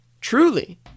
truly